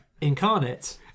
Incarnate